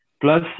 Plus